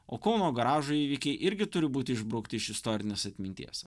o kauno garažo įvykiai irgi turi būti išbraukti iš istorinės atminties